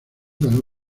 ganó